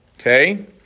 Okay